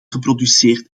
geproduceerd